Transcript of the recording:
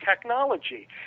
technology